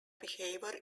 behavior